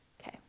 Okay